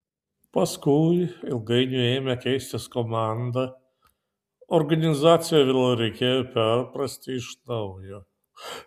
paskui ilgainiui ėmė keistis komanda organizaciją vėl reikėjo perprasti iš naujo